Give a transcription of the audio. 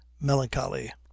melancholy